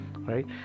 right